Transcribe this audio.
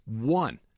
One